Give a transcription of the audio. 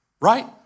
right